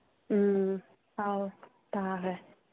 ꯎꯝ ꯑꯧ ꯇꯥꯈ꯭ꯔꯦ